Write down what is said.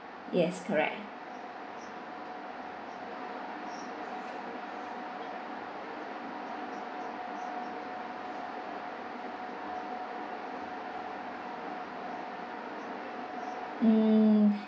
yes correct mm